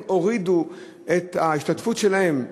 הורידו את ההשתתפות שלהן.